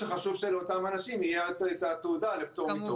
שחשוב שיהיה לאותם אנשים יהיה את התעודה לפטור מתור.